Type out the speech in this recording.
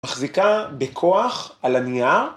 מחזיקה בכוח, על הנייר